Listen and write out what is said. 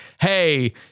Hey